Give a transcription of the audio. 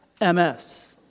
MS